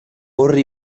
orri